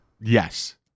Yes